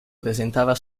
presentava